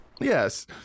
yes